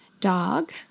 dog